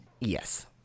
Yes